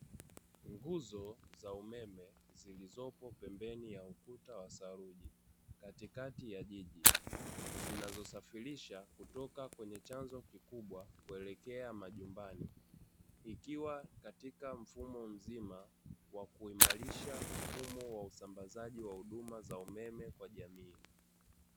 Nguzo za umeme zilizopo pembeni ya ukuta wa saruji katikati ya jiji zinazosafirisha kutoka kwenye chanzo kikubwa kuelekea majumbani, ikiwa katika mfumo mzima wa kuimarisha mfumo wa usasambazaji wa huduma za umeme kwa jamii.